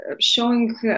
showing